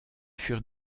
furent